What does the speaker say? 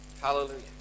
Hallelujah